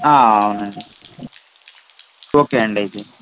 ఆ అవును అండి ఓకే అండి అయితే